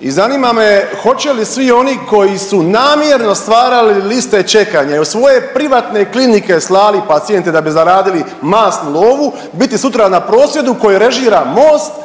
I zanima me hoće li svi oni koji su namjerno stvarali liste čekanja i u svoje privatne klinike slali pacijente da bi zaradili masnu lovu biti sutra na prosvjedu koji režira MOST,